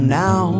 now